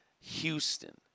Houston